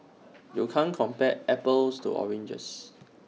you can't compare apples to oranges